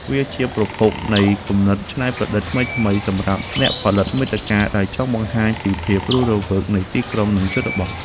វាជាប្រភពនៃគំនិតច្នៃប្រឌិតថ្មីៗ សម្រាប់អ្នកផលិតមាតិកាដែលចង់បង្ហាញពីភាពរស់រវើកនៃទីក្រុង និងជនបទ។